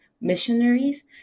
missionaries